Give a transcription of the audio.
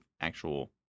actual